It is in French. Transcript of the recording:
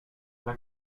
d’un